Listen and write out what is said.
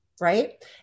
right